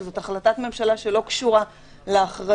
וזאת החלטת ממשלה שלא קשורה להכרזה,